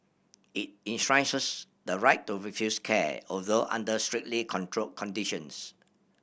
it enshrines the right to refuse care although under strictly controlled conditions